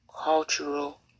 cultural